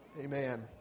Amen